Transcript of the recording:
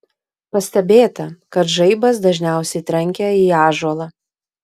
pastebėta kad žaibas dažniausiai trenkia į ąžuolą